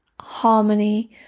harmony